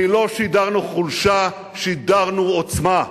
כי לא שידרנו חולשה, שידרנו עוצמה,